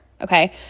Okay